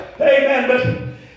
Amen